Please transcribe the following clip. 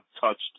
touched